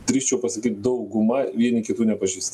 drįsčiau pasakyt dauguma vieni kitų nepažįsta